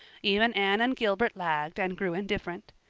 even anne and gilbert lagged and grew indifferent.